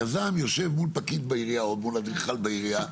יזם יושב מול פקיד בעירייה או מול אדריכל בעירייה,